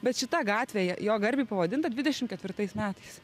bet šita gatvė je jo garbei pavadinta dvidešim ketvirtais metais